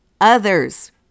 others